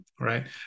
right